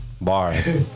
bars